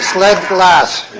lead glass.